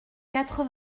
quatre